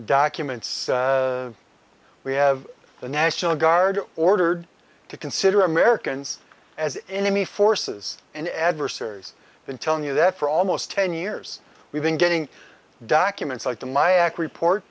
documents we have the national guard ordered to consider americans as enemy forces and adversaries then telling you that for almost ten years we've been getting documents like the my ak report